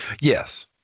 Yes